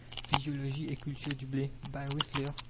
physiologie et culture du ble, by risler,